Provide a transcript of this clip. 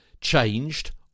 changed